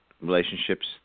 relationships